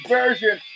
version